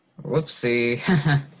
Whoopsie